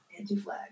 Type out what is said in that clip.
Antiflag